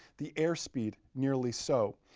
the airspeed nearly so.